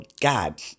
God